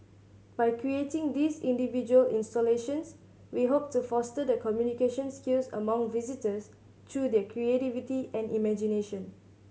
by creating these individual installations we hope to foster the communication skills among visitors through their creativity and imagination